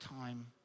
time